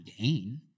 gain